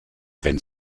wenn